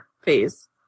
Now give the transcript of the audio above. phase